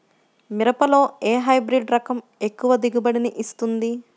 మిరపలో ఏ హైబ్రిడ్ రకం ఎక్కువ దిగుబడిని ఇస్తుంది?